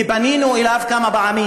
ופנינו אליו כמה פעמים,